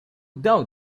doubt